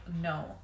no